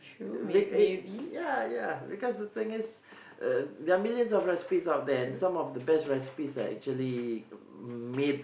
week eight ya ya because the thing is uh there are millions of recipes out there some of the best recipes are actually made